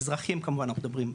אזרחים כמובן אנחנו מדברים,